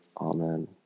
Amen